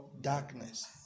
darkness